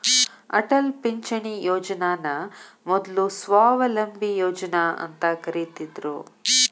ಅಟಲ್ ಪಿಂಚಣಿ ಯೋಜನನ ಮೊದ್ಲು ಸ್ವಾವಲಂಬಿ ಯೋಜನಾ ಅಂತ ಕರಿತ್ತಿದ್ರು